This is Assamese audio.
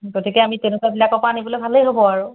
গতিকে আমি তেনেকুৱাবিলাকৰ পৰা আনিবলৈ ভালেই হ'ব আৰু